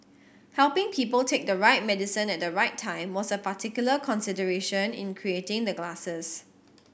helping people take the right medicine at the right time was a particular consideration in creating the glasses